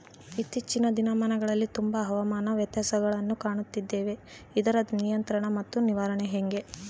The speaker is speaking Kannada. ಇತ್ತೇಚಿನ ದಿನಗಳಲ್ಲಿ ತುಂಬಾ ಹವಾಮಾನ ವ್ಯತ್ಯಾಸಗಳನ್ನು ಕಾಣುತ್ತಿದ್ದೇವೆ ಇದರ ನಿಯಂತ್ರಣ ಮತ್ತು ನಿರ್ವಹಣೆ ಹೆಂಗೆ?